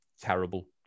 terrible